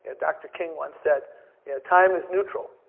ah dr. king once said yeah time is neutral.